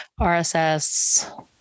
RSS